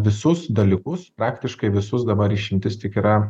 visus dalykus praktiškai visus dabar išimtis tik yra